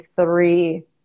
three